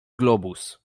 globus